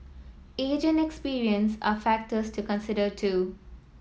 age and experience are factors to consider too